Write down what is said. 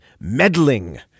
meddling